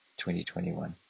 2021